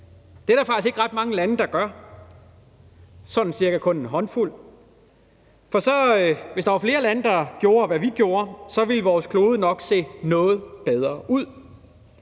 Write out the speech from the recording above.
Det er der faktisk ikke ret mange lande, der gør, sådan cirka kun en håndfuld. Hvis der var flere lande, der gjorde, hvad vi gør, ville vores klode nok se noget bedre ud.